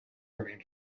remain